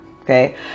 Okay